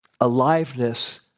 aliveness